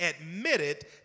admitted